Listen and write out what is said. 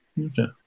okay